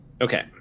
Okay